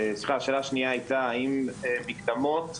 שהייתה לגבי מקדמות.